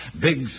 Big